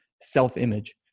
self-image